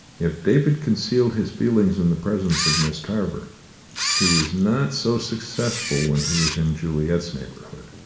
if david concealed his feelings in the presence of miss tarver he was not so successful when he was in juliet's neighbourhood.